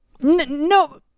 No